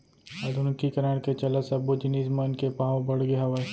आधुनिकीकरन के चलत सब्बो जिनिस मन के भाव बड़गे हावय